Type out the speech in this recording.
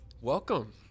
Welcome